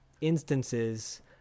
instances